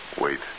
Wait